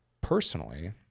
personally